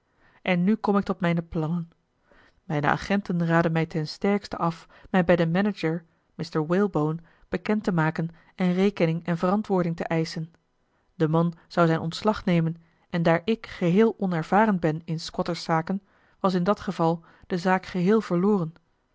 en nu kom ik tot mijne plannen mijne agenten raden mij ten sterkste af mij bij den manager mr walebone bekend te maken en rekening en verantwoording te eischen de man zou zijn ontslag nemen en daar ik geheel onervaren ben in squatterszaken was in dat geval de zaak geheel verloren